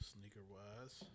Sneaker-wise